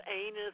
anus